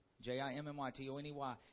J-I-M-M-Y-T-O-N-E-Y